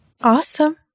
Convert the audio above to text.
Awesome